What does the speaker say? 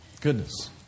Goodness